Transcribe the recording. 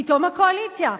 פתאום הקואליציה,